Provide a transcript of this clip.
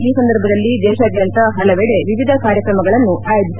ಈ ಸಂದರ್ಭದಲ್ಲಿ ದೇಶಾದ್ಯಂತ ಹಲವೆಡೆ ವಿವಿಧ ಕಾರ್ಯಕ್ರಮಗಳನ್ನು ಆಯೋಜಿಸಲಾಗಿದೆ